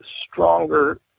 stronger